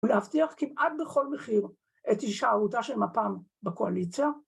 ‫ולהבטיח כמעט בכל מחיר ‫את הישארותה של מפ״מ בקואליציה.